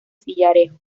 sillarejo